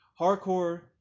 Hardcore